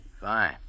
Fine